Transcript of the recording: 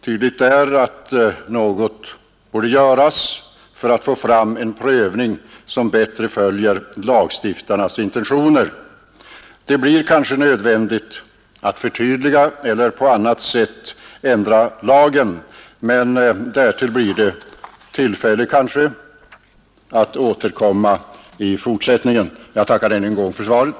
Tydligt är att något bör göras för att få fram en prövning som bättre följer lagstiftarnas intentioner. Det blir kanske nödvändigt att förtydliga eller på annat sätt ändra lagen, men därtill blir det kanske tillfälle att återkomma i fortsättningen. Jag tackar än en gång för svaret.